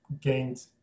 gained